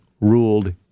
ruled